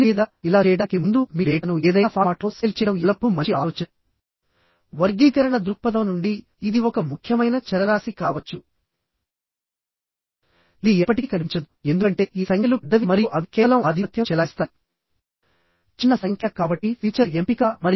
దీనికి అదనం గా మనం చెప్పుకున్నట్టు ఫెయిల్యూర్ అనేది 1 2 3 4 మార్గం గుండా కానీ లేదా 1 2 5 6 మార్గం గుండా కానీ లేదా 1 2 5 3 4 మార్గం గుండా కానీ అయ్యే అవకాశం ఉంది అని